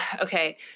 okay